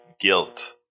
guilt